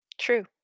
True